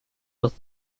los